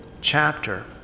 chapter